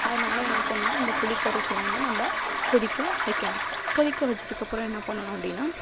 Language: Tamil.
அதனால் என்ன பண்ணுன்னா அந்த புளிக்கரைசலை வந்து நம்ப கொதிக்க வைக்கணும் கொதிக்க வச்சதுக்கப்புறம் என்ன பண்ணணும் அப்படின்னா